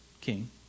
king